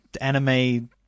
anime